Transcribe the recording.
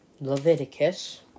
Leviticus